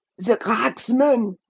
the cracksman!